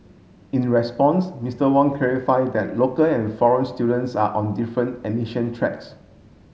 in response Mister Wong clarify that local and foreign students are on different admission tracks